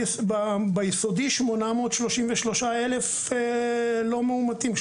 ביסודי 833,000 לא מאומתים.